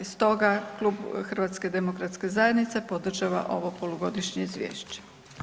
Stoga Klub HDZ-a podržava ovo polugodišnje izvješće.